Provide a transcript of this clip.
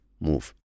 move